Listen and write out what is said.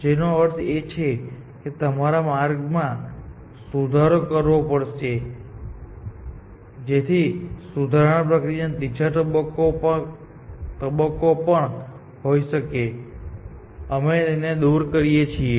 જેનો અર્થ એ છે કે તમારે માર્ગમાં સુધારો કરવો પડશે જેથી સુધારણા પ્રક્રિયાનો ત્રીજો તબક્કો પણ હોઈ શકે અમે તેને દૂર કરી શકીએ